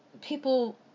people